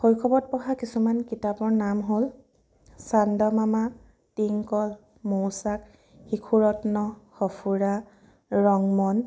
শৈশৱত পঢ়া কিছুমান কিতাপৰ নাম হ'ল চান্দা মামা টিংকল মৌচাক শিশু ৰত্ন সঁফুৰা ৰংমন